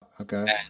Okay